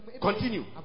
continue